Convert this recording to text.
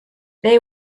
they